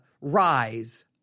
rise